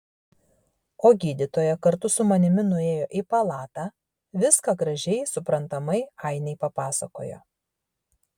o gydytoja kartu su manimi nuėjo į palatą viską gražiai suprantamai ainei papasakojo